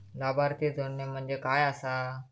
लाभार्थी जोडणे म्हणजे काय आसा?